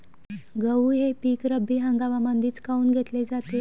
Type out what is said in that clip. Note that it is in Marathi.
गहू हे पिक रब्बी हंगामामंदीच काऊन घेतले जाते?